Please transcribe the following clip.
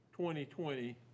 2020